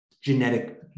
genetic